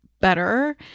better